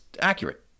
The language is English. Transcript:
accurate